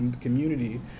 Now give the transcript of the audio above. community